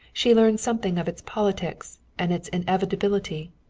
she learned something of its politics and its inevitability.